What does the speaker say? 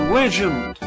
legend